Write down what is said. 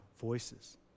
voices